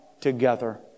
together